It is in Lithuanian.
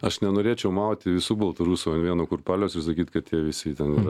aš nenorėčiau mauti visų baltarusių ant vieno kurpaliaus ir sakyt kad jie visi ten yra